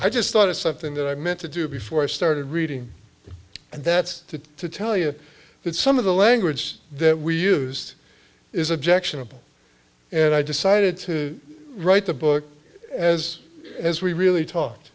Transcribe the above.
i just thought of something that i meant to do before i started reading and that's to tell you that some of the language that we used is objectionable and i decided to write the book as as we really taught